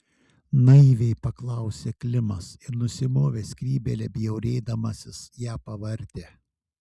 naiviai paklausė klimas ir nusimovęs skrybėlę bjaurėdamasis ją pavartė